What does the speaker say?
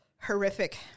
horrific